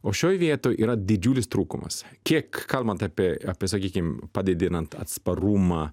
o šioj vietoj yra didžiulis trūkumas kiek kalbant apie apie sakykim padidinant atsparumą